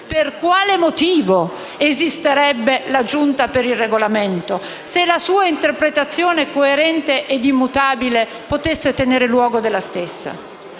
per quale motivo esisterebbe la Giunta per il Regolamento, se la sua interpretazione coerente e immutabile potesse tenere luogo della stessa?